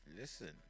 listen